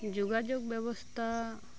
ᱡᱳᱜᱟᱡᱳᱜᱽ ᱵᱮᱵᱚᱥᱛᱷᱟ